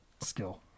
skill